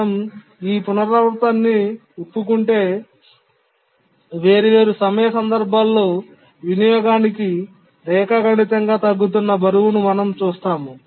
మేము ఈ పునరావృతాన్ని విప్పుకుంటే వేర్వేరు సమయ సందర్భాల్లో వినియోగానికి రేఖాగణితంగా తగ్గుతున్న బరువును మేము చూస్తాము